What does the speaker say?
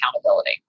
accountability